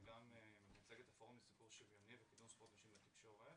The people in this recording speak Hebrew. אני גם מייצג את הפורום לספורט שוויוני וקידום זכויות נשים בתקשורת,